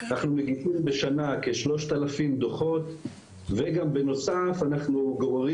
אנחנו מגישים בשנה כ-3,000 דוחות וגם בנוסף גוררים